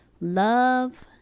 love